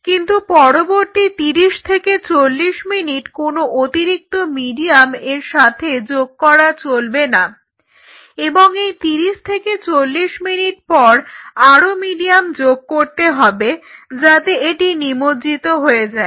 কিন্তু পরবর্তী 30 থেকে 40 মিনিট কোনো অতিরিক্ত মিডিয়াম এর সাথে যোগ করা চলবে না এবং এই 30 থেকে 40 মিনিট পর আরো মিডিয়াম যোগ করতে হবে যাতে এটি নিমজ্জিত হয়ে যায়